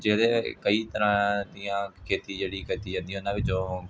ਜਿਹਦੇ ਕਈ ਤਰ੍ਹਾਂ ਦੀਆਂ ਖੇਤੀ ਜਿਹੜੀ ਕੀਤੀ ਜਾਂਦੀ ਉਹਨਾਂ ਵਿੱਚੋਂ